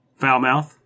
Foulmouth